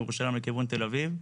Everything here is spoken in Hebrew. ירושלים לכיוון תל אביב.